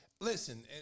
listen